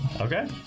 Okay